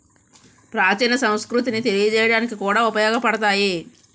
ప్రాచీన సంస్కృతిని తెలియజేయడానికి కూడా ఉపయోగపడతాయి